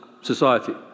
society